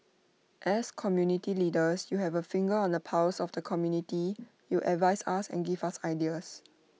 as community leaders you have A finger on the pulse of the community you advise us and give us ideas